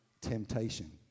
temptation